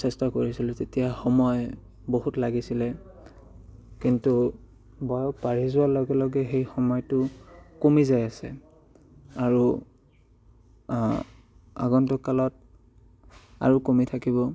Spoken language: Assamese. চেষ্টা কৰিছিলোঁ তেতিয়া সময় বহুত লাগিছিলে কিন্তু বয়স বাঢ়ি যোৱাৰ লগে লগে সেই সময়টো কমি যায় আছে আৰু আগন্তুক কালত আৰু কমি থাকিব